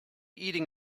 eating